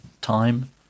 time